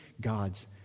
God's